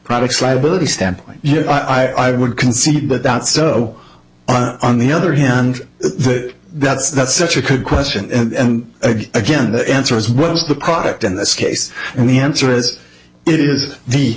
products liability standpoint yes i would concede that that's no on the other hand that that's not such a good question and again the answer is what is the product in this case and the answer is it is the